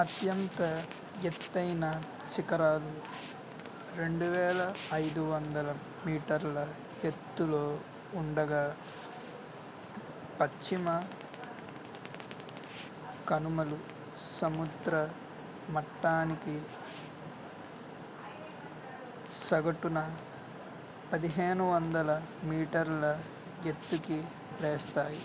అత్యంత ఎత్తైన శిఖరాలు రెండు వేల ఐదు వందల మీటర్ల ఎత్తులో ఉండగా పశ్చిమ కనుమలు సముద్ర మట్టానికి సగటున పదిహేను వందల మీటర్ల ఎత్తుకి లేస్తాయి